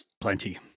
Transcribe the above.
plenty